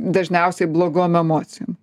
dažniausiai blogom emocijom